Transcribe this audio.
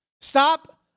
Stop